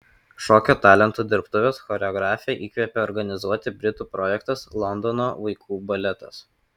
šokio talentų dirbtuves choreografę įkvėpė organizuoti britų projektas londono vaikų baletas